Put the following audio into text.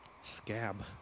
scab